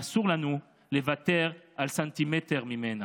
ואסור לנו לוותר על סנטימטר ממנה.